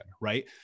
right